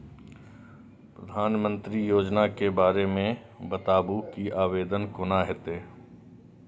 प्रधानमंत्री योजना के बारे मे बताबु की आवेदन कोना हेतै?